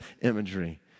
imagery